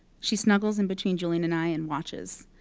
she snuggles in between julian and i and watches.